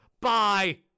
Bye